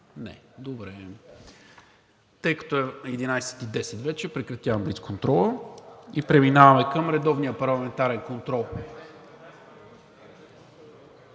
Не. Добре. Тъй като е 11,10 ч. вече, прекратявам блицконтрола и преминаваме към редовния парламентарен контрол.